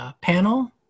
panel